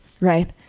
right